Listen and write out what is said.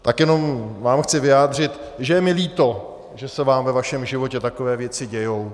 Tak jenom vám chci vyjádřit, že je mi líto, že se vám ve vašem životě takové věci dějí.